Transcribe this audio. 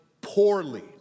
poorly